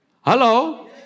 Hello